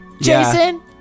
Jason